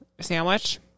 sandwich